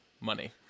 Money